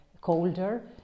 colder